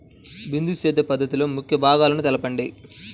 బిందు సేద్య పద్ధతిలో ముఖ్య భాగాలను తెలుపండి?